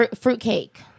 Fruitcake